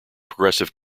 progressive